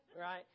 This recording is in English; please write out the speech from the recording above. Right